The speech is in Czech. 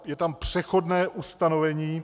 Je tam přechodné ustanovení.